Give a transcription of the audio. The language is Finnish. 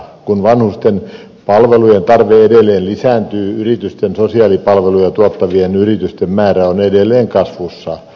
kun vanhusten palvelujen tarve edelleen lisääntyy sosiaalipalveluja tuottavien yritysten määrä on edelleen kasvussa